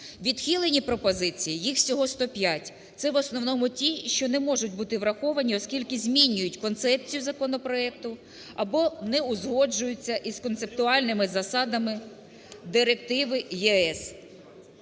Відхилені пропозиції, їх всього 105. Це в основному ті, що не можуть бути враховані, оскільки змінюють концепцію законопроекту або не узгоджуються із концептуальними засадами директиви ЄС.